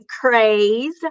craze